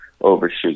overshoot